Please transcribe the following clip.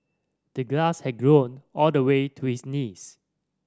the grass had grown all the way to his knees